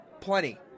plenty